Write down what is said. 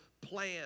plan